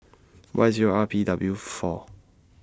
Y Zero R P W four